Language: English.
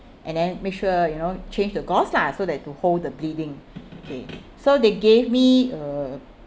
and then make sure you know change the gauze lah so that to hold the bleeding okay so they gave me a